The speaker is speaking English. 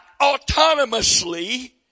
autonomously